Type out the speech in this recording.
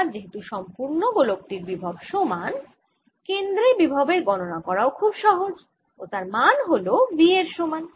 এবার যেহেতু সম্পুর্ন গোলক টির বিভব সমান কেন্দ্রে বিভবের গণনা করাও খুব সহজ ও তার মান হল V এর সমান